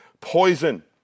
poison